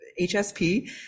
HSP